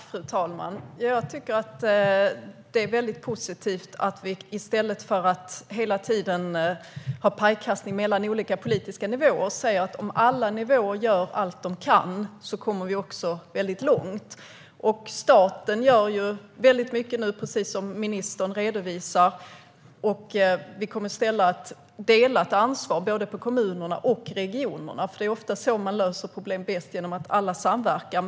Fru talman! Det skulle vara positivt om alla olika politiska nivåer i stället för att ägna sig åt pajkastning kunde göra allt de kan. Då skulle vi också komma långt. Staten gör nu mycket, precis som ministern redovisar. Vi kommer att se till att det blir ett delat ansvar mellan kommunerna och regionerna. Problem löses ofta bäst genom att alla samverkar.